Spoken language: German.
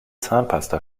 zahnpasta